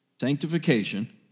Sanctification